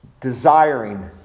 desiring